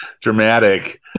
dramatic